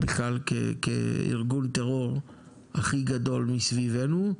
בכלל כארגון טרור הכי גדול מסביבנו,